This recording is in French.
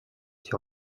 sur